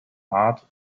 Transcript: art